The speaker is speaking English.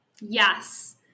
Yes